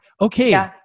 okay